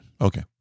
Okay